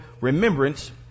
remembrance